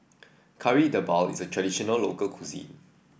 Kari Debal is a traditional local cuisine